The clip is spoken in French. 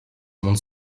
monde